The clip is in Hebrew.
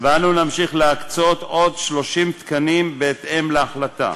ואנו נמשיך להקצות עוד 30 תקנים בהתאם להחלטה.